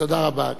תודה רבה.